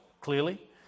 clearly